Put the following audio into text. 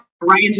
right